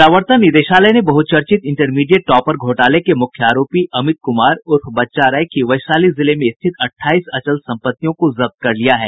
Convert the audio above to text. प्रवर्तन निदेशालय ने बहुचर्चित इंटरमीडिएट टॉपर घोटाले के मुख्य आरोपी अमित कुमार उर्फ बच्चा राय की वैशाली जिले में स्थित अठाईस अचल संपत्तियों को जब्त कर लिया है